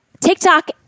TikTok